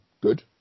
good